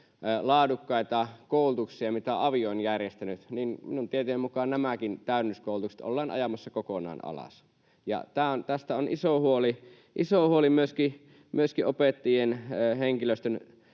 laadukkaita koulutuksia ainakin tuolla maakunnissa, pienissä kunnissa, niin minun tietojeni mukaan nämäkin täydennyskoulutukset ollaan ajamassa kokonaan alas. Tästä on iso huoli myöskin opettajien, henkilöstön